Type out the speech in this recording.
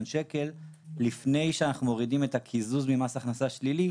שקל לפני שאנחנו מורידים את הקיזוז ממס הכנסה שלילי,